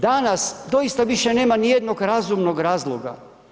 Danas doista više nema nijednog razumnog razloga.